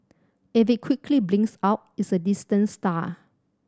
if it quickly blinks out it's a distant star